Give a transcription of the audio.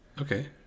Okay